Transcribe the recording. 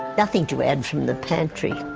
nothing to add from the pantry.